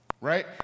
right